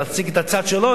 להציג את הצד שלו,